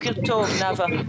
בוקר טוב, נאוה.